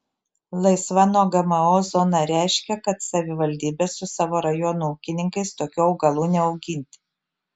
laisva nuo gmo zona reiškia kad savivaldybė su savo rajono ūkininkais tokių augalų neauginti